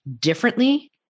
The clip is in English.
differently